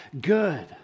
good